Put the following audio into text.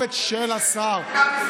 עבור